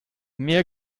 mehr